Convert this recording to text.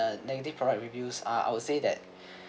uh negative product reviews uh I would say that